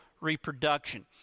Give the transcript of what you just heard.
reproduction